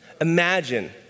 Imagine